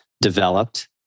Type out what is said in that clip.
developed